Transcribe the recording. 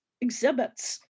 exhibits